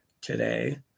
today